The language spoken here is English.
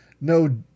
no